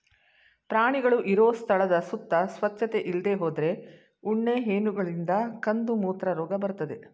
ಪ್ರಾಣಿಗಳು ಇರೋ ಸ್ಥಳದ ಸುತ್ತ ಸ್ವಚ್ಚತೆ ಇಲ್ದೇ ಹೋದ್ರೆ ಉಣ್ಣೆ ಹೇನುಗಳಿಂದ ಕಂದುಮೂತ್ರ ರೋಗ ಬರ್ತದೆ